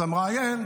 המראיין,